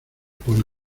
pone